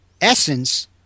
essence